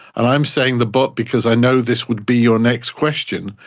and i'm saying the but because i know this will be your next question,